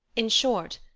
in short,